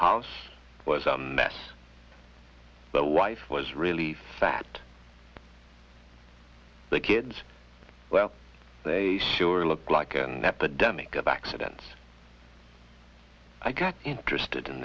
house was a mess but life was really fat the kids well they sure looked like an epidemic of accidents i got interested in